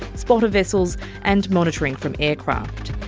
spotter vessels and monitoring from aircraft.